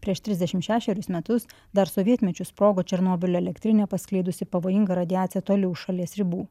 prieš trisdešim šešerius metus dar sovietmečiu sprogo černobylio elektrinė paskleidusi pavojingą radiaciją toli už šalies ribų